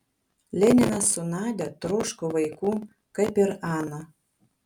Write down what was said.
leninas su nadia troško vaikų kaip ir ana